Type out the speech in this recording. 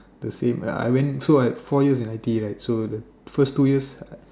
the same I I went so I four years in I_T_E right so the first two years